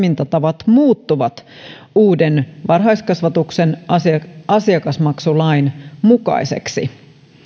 toimintatavat muuttuvat uuden varhaiskasvatuksen asiakasmaksulain mukaisiksi